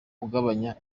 ugabanya